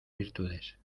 virtudes